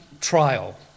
trial